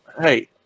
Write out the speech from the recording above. hey